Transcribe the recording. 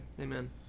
Amen